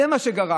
זה מה שגרם,